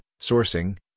sourcing